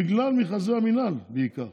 בעיקר בגלל מכרזי המינהל.